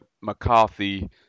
mccarthy